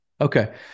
Okay